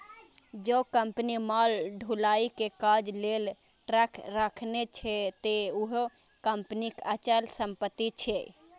जौं कंपनी माल ढुलाइ के काज लेल ट्रक राखने छै, ते उहो कंपनीक अचल संपत्ति छियै